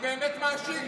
אני באמת מאשים.